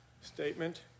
statement